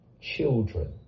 children